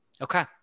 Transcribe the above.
okay